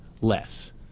less